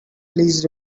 please